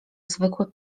zwykłe